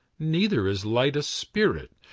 neither is light a spirit,